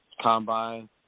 combine